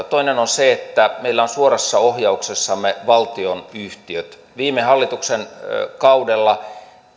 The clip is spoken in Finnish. toinen on se että meillä on suorassa ohjauksessamme valtionyhtiöt viime hallituksen kaudella